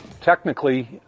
Technically